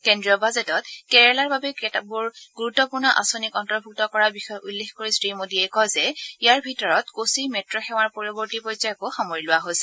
কেন্দ্ৰীয় বাজেটত কেৰালাৰ বাবে কেতবোৰ গুৰুত্বপূৰ্ণ আচঁনিক অন্তৰ্ভূক্ত কৰাৰ বিষয়ে উল্লেখ কৰি শ্ৰীমোদীয়ে কয় যে ইয়াৰ ভিতৰত কোচি মেট্ট সেৱাৰ পৰৱৰ্তী পৰ্যায়কো সামৰি লোৱা হৈছে